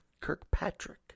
Kirkpatrick